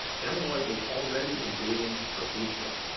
and like was already invading her atrium.